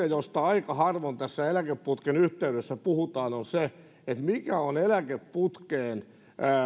josta aika harvoin tässä eläkeputken yhteydessä puhutaan on se mikä on eläkeputkeen